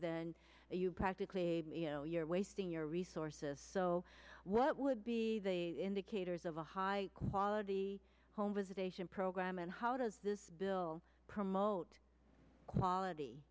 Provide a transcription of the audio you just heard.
then you practically you know you're wasting your resources so what would be the indicators of a high quality home visitation program and how does this bill promote quality